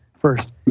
first